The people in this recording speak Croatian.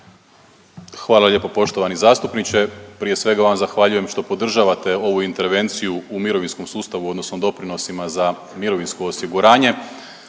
Hvala lijepo poštovani zastupniče. Prije svega vam zahvaljujem što podržavate ovu intervenciju u mirovinskom sustavu odnosno doprinosima za mirovinsko osiguranje.